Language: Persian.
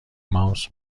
ماوس